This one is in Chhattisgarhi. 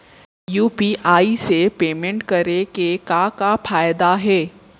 यू.पी.आई से पेमेंट करे के का का फायदा हे?